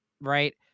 right